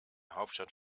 hauptstadt